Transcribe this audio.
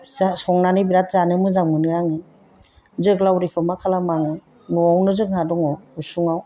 जा संनानै बिराद जानो मोजां मोनो आङो जोगोलाउरिखौ मा खालामो आङो न'आवनो जोंहा दङ उसुङाव